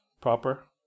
proper